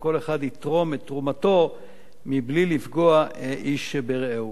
וכל אחד יתרום את תרומתו מבלי לפגוע איש ברעהו.